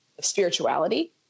spirituality